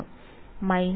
വിദ്യാർത്ഥി − π ലേക്ക്